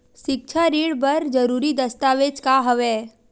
सिक्छा ऋण बर जरूरी दस्तावेज का हवय?